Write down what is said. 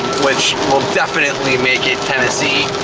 which will definitely make it tennessee.